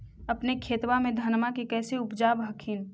अपने खेतबा मे धन्मा के कैसे उपजाब हखिन?